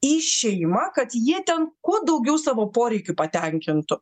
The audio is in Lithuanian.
į šeimą kad jie ten kuo daugiau savo poreikių patenkintų